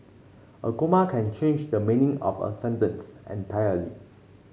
a comma can change the meaning of a sentence entirely